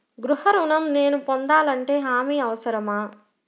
గృహ ఋణం నేను పొందాలంటే హామీ అవసరమా?